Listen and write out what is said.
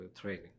training